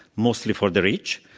mostly for the rich,